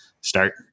start